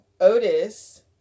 Otis